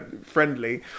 friendly